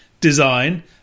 design